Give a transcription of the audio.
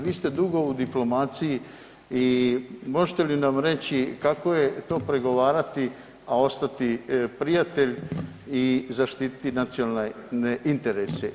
Vi ste dugo u diplomaciji i možete li nam reći kako je to pregovarati, a ostati prijatelj i zaštititi nacionalne interese?